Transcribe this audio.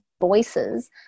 voices